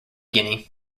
guinea